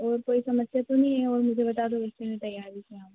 और कोई समस्या तो नहीं है और मुझे बता दो जिससे मैं तैयारी से आऊँ